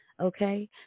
okay